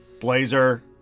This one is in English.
Blazer